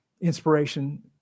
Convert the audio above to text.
inspiration